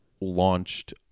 launched